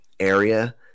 area